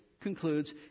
concludes